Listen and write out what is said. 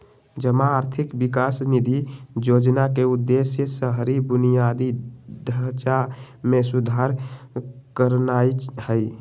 जमा आर्थिक विकास निधि जोजना के उद्देश्य शहरी बुनियादी ढचा में सुधार करनाइ हइ